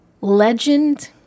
legend